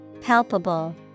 Palpable